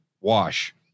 wash